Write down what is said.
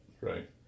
right